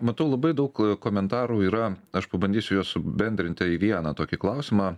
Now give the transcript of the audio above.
matau labai daug komentarų yra aš pabandysiu juos bendrintai į vieną tokį klausimą